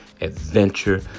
adventure